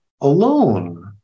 alone